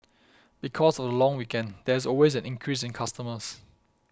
because of the long weekend there is always an increase in customers